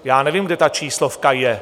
Já nevím, kde ta číslovka je.